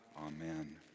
Amen